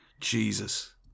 Jesus